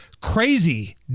Crazy